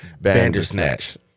Bandersnatch